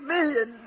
million